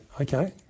okay